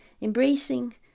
embracing